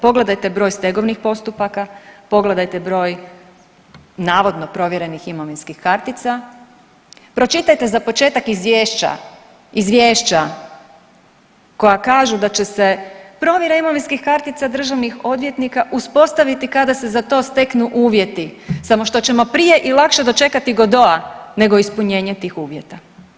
Pogledajte broj stegovnih postupaka, pogledajte broj navodno provjerenih imovinskih kartica, pročitajte za početak izvješća, izvješća koja kažu da će se provjera imovinskih kartica državnih odvjetnika uspostaviti kada se za to steknu uvjeti samo što ćemo prije i lakše dočekati Godota nego ispunjenje tih uvjeta.